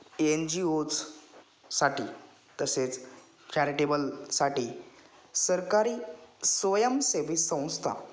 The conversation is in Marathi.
एन जी ओजसाठी तसेच चॅरिटेबलसाठी सरकारी स्वयंसेवी संस्था